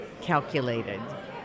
calculated